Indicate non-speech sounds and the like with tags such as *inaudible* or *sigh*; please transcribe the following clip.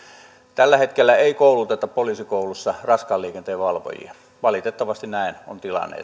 tällä hetkellä poliisikoulussa ei kouluteta raskaan liikenteen valvojia valitettavasti näin on tilanne *unintelligible*